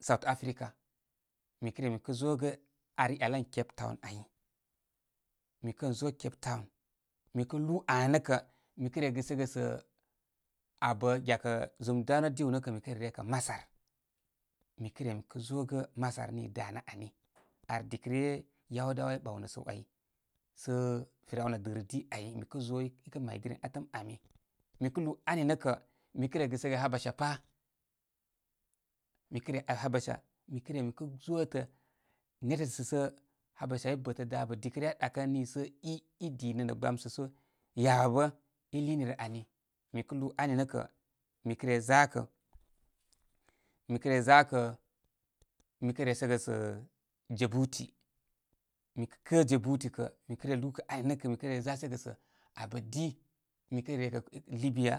south africa. Mi re mi kə zó gə ar i yal ən cape town ai. Mi kən zó cape town. Mi kə lúú aani nə kə, mi kə re gɨsəgə sə abə gyakə zum dwarnə diw nə kə mi kə re rekə masar. Mi kə re mi kə zógə masar nii danə ani, ar dikə ryə yawudawai i ɓawnə sə wai. Sə fir, auna dirədi ai, mi kəzo. Ikə may diri mi atəm ami. Mikə lúú ani nə kə, mi kə re gɨsagə habisa pá. Mi kə re habisa, mi kə re mi kəzó tə netəsə sə habisa i bətə dabə dikə rə aa ɗakə nii sə i, dinə gbamsə só yabə bə i liini rə ani. Mi kə lúú ani nə kə mi kə re zakə mi kə re zakə. Mi kə re resəgə sə jebuti. Mi kə kə jebuti kə, mire lúú. kə ani nə kə mi re zasəgə sə abə di. Mikə re rekə libya.